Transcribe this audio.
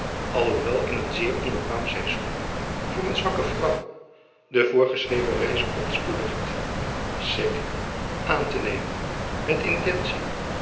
alhoewel in een seer onbequaem saysoen voor een swacke vrouw de voorschreve reyse opt spoedicht sic aan te neemen met intentie